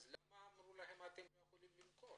למה אמרו להם שהם לא יכולים למכור?